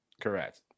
Correct